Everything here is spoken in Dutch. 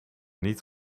niet